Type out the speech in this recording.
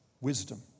Wisdom